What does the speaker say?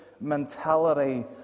mentality